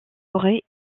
forêt